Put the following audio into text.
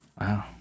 Wow